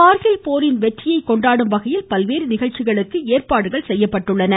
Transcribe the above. கார்கில் போரின் வெற்றியைக் கொண்டாடும் வகையில் பல்வேறு நிகழ்ச்சிகளுக்கு ஏற்பாடுகள் செய்யப்பட்டுள்ளன